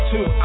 Two